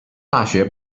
大学